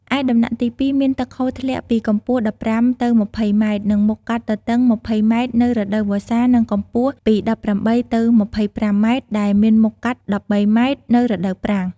ឯដំណាក់ទី២ មានទឹកហូរធ្លាក់ពីកម្ពស់ ១៥ ទៅ ២០ម៉ែត្រ និង មុខកាត់ទទឹង ២០ម៉ែត្រនៅរដូវវស្សា និងកម្ពស់ពី១៨ ទៅ ២៥ម៉ែត្រ ដែលមានមុខកាត់១៣ម៉ែត្រ នៅរដូវប្រាំង។